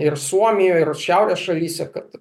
ir suomijoj ir šiaurės šalyse kad